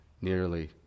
nearly